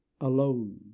alone